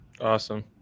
Awesome